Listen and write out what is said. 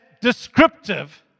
descriptive